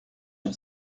sur